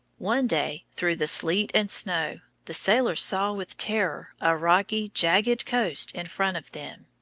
one day, through the sleet and snow, the sailors saw with terror a rocky, jagged coast in front of them.